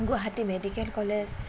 Guwahati medical college